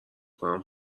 کنم